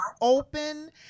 open